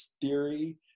theory